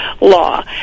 law